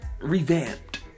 revamped